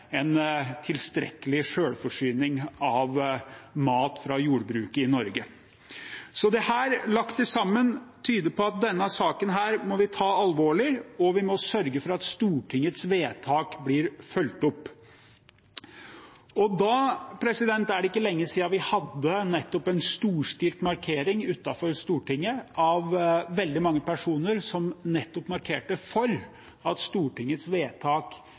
en tilstrekkelig selvforsyning av mat fra jordbruket i Norge. Sammenlagt tyder dette på at denne saken må vi ta alvorlig, og vi må sørge for at Stortingets vedtak blir fulgt opp. Det er ikke lenge siden vi hadde en storstilt markering utenfor Stortinget med veldig mange personer som markerte at de var for at Stortingets vedtak